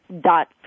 dot